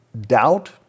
doubt